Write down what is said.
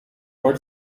what